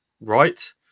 right